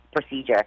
procedure